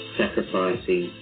sacrificing